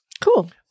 Cool